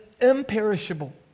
imperishable